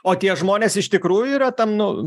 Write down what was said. o tie žmonės iš tikrųjų yra tam nu